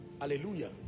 Hallelujah